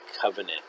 covenant